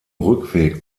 rückweg